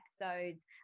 episodes